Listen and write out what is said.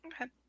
Okay